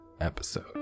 episode